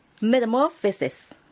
Metamorphosis